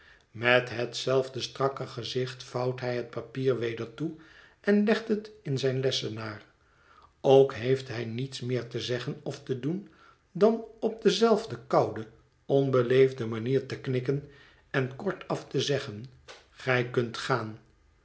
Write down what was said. met hetzelfde strakke gezicht vouwt hij het papier weder toe en legt het in zijn lessenaar ook heeft hij niets meer te zeggen ofte doen dan op dezelfde koude onbeleefde manier te knikken en kortaf te zeggen gij kunt gaan